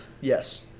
Yes